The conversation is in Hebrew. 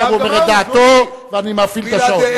עכשיו הוא אומר את דעתו ואני מפעיל את השעון.